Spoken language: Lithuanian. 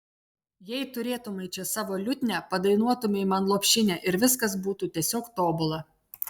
jei turėtumei čia savo liutnią padainuotumei man lopšinę ir viskas būtų tiesiog tobula